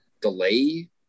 delay